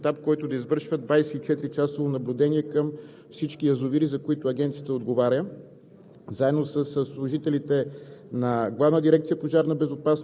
към Държавната агенция за метрологичен и технически надзор бе сформиран Кризисен щаб, който да извършва 24-часово наблюдение към всички язовири, за които Агенцията отговаря